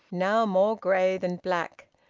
now more grey than black,